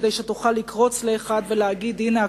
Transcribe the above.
כדי שתוכל לקרוץ לאחד ולהגיד: הנה,